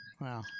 Wow